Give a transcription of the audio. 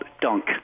dunk